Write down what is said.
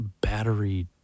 battery